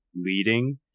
leading